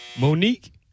Monique